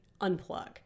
unplug